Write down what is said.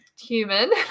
human